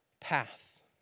path